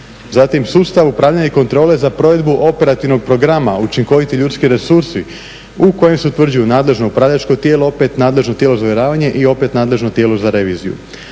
Zatim sustav upravljanja i kontrole za provedbu operativnog programa učinkoviti ljudski resursi u kojim se utvrđuju nadležno upravljačko tijelo, opet nadležno tijelo za uvjeravanje i opet nadležno tijelo za reviziju.